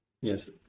Yes